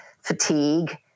fatigue